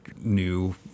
new